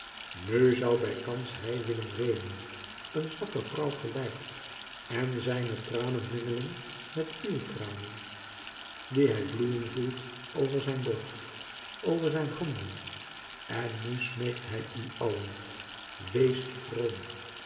nu zoû bijkans hij willen weenen een zwakke vrouw gelijk en zijne tranen mengelen met uwe tranen die hij vloeien voelt over zijn borst over zijn handen en nu smeekt hij u allen weest vroom